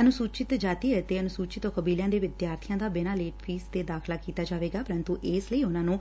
ਅਨੁਸੁਚਿਤ ਜਾਤੀ ਅਤੇ ਅਨੁਸੁਚਿਤ ਕਬੀਲਿਆਂ ਦੇ ਵਿਦਿਆਰਬੀਆਂ ਦਾ ਬਿਨਾ ਫੀਸ ਦੇ ਦਾਖ਼ਲਾ ਕੀਤਾ ਜਾਏਗਾ ਪ੍ਰੰਡੂ ਇਸ ਲਈ ਉਨ੍ਹਾਂ ਨੂੰ